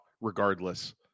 regardless